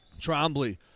Trombley